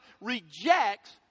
rejects